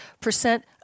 percent